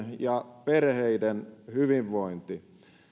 ja perheiden hyvinvointi